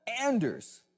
Anders